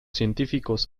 científicos